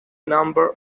number